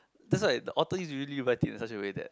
that's why the author use to really write it in such a way that